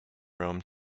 rome